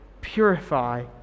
purify